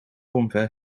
omver